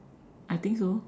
I think so